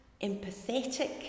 empathetic